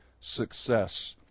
success